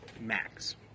max